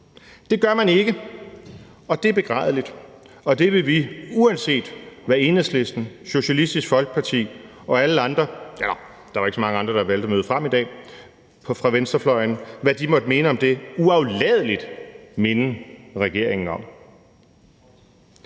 Det gør man ikke, og det er begrædeligt, og det vil vi, uanset hvad Enhedslisten, Socialistisk Folkeparti og alle andre, ja, der var ikke så mange andre, der valgte at møde frem i dag, fra venstrefløjen måtte mene om det, uafladelig minde regeringen om.